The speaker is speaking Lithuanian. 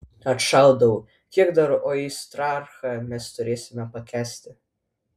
atšaudavau kiek dar oistrachą mes turėsime pakęsti